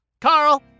Carl